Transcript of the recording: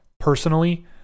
personally